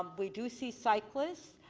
we do see cyclists.